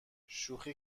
شوخی